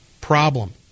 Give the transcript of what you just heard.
problem